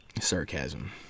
Sarcasm